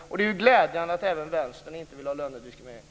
Och det är glädjande att även Vänstern inte vill ha lönediskriminering.